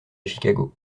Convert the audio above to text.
chicago